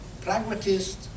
pragmatist